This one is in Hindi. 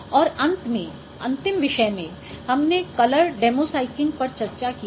और अंत में अंतिम विषय में हमने कलर डेमोसाइकिंग पर चर्चा की है